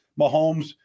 Mahomes